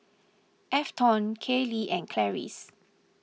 Afton Kailey and Clarice